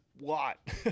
lot